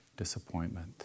disappointment